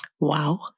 Wow